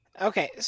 Okay